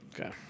Okay